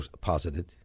posited